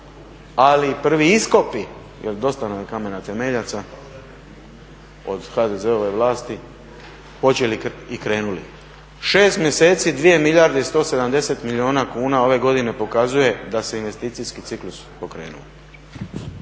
i prvi iskopi jer dosta nam je kamena temeljaca od HDZ-ove vlasti, počeli i krenuli. 6 mjeseci 2 milijarde i 170 milijuna kuna ove godine pokazuje da se investicijski ciklus pokrenuo.